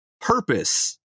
purpose